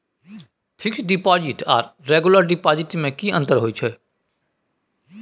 Fix deposit आर regular deposit में की अंतर होय छै?